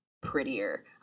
prettier